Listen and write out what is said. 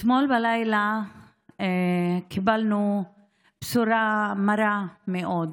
אתמול בלילה קיבלנו בשורה מרה מאוד.